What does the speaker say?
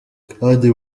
kandi